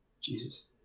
Jesus